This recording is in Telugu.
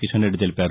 కిషన్రెడ్డి తెలిపారు